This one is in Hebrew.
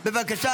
בבקשה.